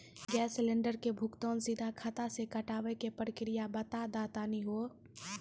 Gas cylinder के भुगतान सीधा खाता से कटावे के प्रक्रिया बता दा तनी हो?